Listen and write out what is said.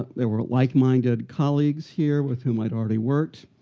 there were like-minded colleagues here, with whom i'd already worked.